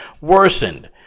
worsened